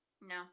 No